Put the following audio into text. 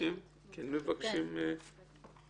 אלא שהבנקים מרגישים צורך לפקח